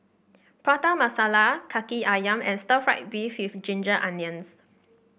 Prata Masala Kaki ayam and Stir Fried Beef with Ginger Onions